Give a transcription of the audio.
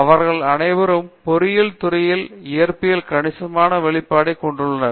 அவர்கள் அனைவரும் பொறியியல் துறையில் இயற்பியலில் கணிசமான வெளிப்பாடை கொண்டுள்ளனர்